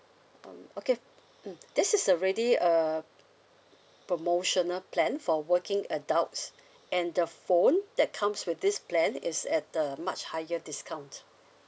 um okay mm this is already a promotional plan for working adults and the phone that comes with this plan is at a much higher discount